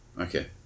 Okay